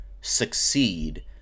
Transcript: succeed